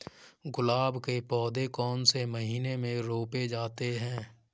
गुलाब के पौधे कौन से महीने में रोपे जाते हैं?